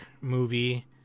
movie